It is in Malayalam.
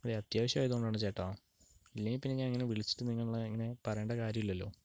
അത്യാവശ്യമായതുകൊണ്ടാണ് ചേട്ടാ ഇല്ലെങ്കിൽപ്പിന്നെ ഞാൻ ഇങ്ങനെ വിളിച്ചിട്ട് നിങ്ങളിനെ ഇങ്ങനെ പറയേണ്ട കാര്യമില്ലല്ലോ